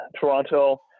Toronto